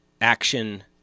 action